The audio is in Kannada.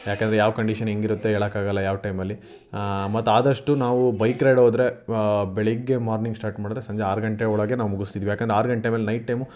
ಯಾಕೆಂದ್ರೆ ಯಾವ್ ಕಂಡೀಷನ್ ಹೆಂಗೆ ಇರುತ್ತೆ ಹೇಳಕ್ಕೆ ಆಗೋಲ್ಲ ಯಾವ ಟೈಮಲ್ಲಿ ಮತ್ತು ಆದಷ್ಟು ನಾವು ಬೈಕ್ ರೈಡ್ ಹೋದರೆ ಬೆಳಿಗ್ಗೆ ಮಾರ್ನಿಂಗ್ ಸ್ಟಾರ್ಟ್ ಮಾಡಿದ್ರೆ ಸಂಜೆ ಆರು ಗಂಟೆ ಒಳಗೆ ನಾವು ಮುಗಿಸ್ತಿದ್ವಿ ಯಾಕೆಂದರೆ ಆದು ಗಂಟೆ ಮೇಲೆ ನೈಟ್ ಟೈಮು